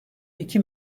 iki